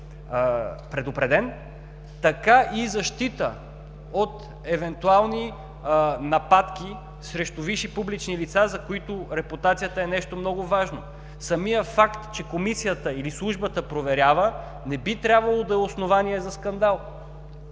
предупреден, така и защита от евентуални нападки срещу висши публични лица, за които репутацията е нещо много важно. Самият факт, че Комисията или Службата проверява не би трябвало да е основание за скандал.